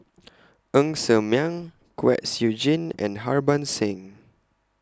Ng Ser Miang Kwek Siew Jin and Harbans Singh